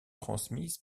transmise